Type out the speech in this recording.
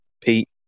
Pete